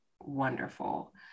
wonderful